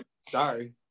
Sorry